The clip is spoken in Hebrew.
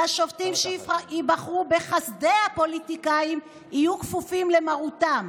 והשופטים שייבחרו בחסדי הפוליטיקאים יהיו כפופים למרותם,